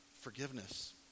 forgiveness